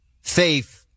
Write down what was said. faith